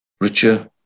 richer